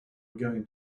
going